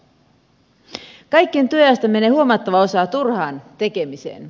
kaikkien työajasta menee huomattava osa turhaan tekemiseen